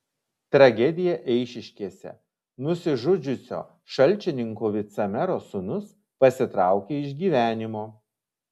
tragedija eišiškėse nusižudžiusio šalčininkų vicemero sūnus pasitraukė iš gyvenimo